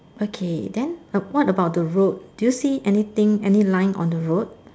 okay then what about the road do you see anything any line on the road